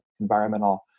environmental